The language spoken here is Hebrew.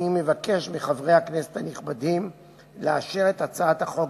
אני מבקש מחברי כנסת הנכבדים לאשר את הצעת החוק